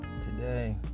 Today